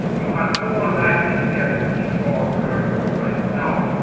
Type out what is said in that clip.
you are more likely to get involved early right now,